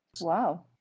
Wow